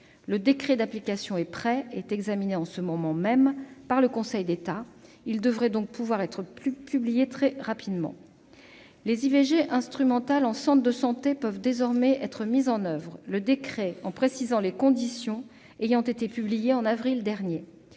Le décret d'application est prêt et est examiné en ce moment même par le Conseil d'État ; il devrait donc pouvoir être publié très rapidement. Les IVG instrumentales en centre de santé peuvent désormais être mises en oeuvre, le décret en précisant les conditions ayant été publié en avril dernier.